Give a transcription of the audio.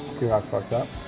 got fucked up?